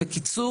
בקיצור,